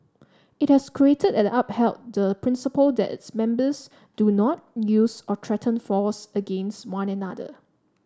it has created and upheld the principle that its members do not use or threaten force against one another